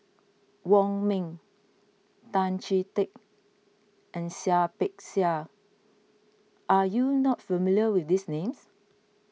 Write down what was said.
Wong Ming Tan Chee Teck and Seah Peck Seah are you not familiar with these names